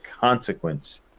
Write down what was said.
consequence